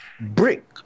brick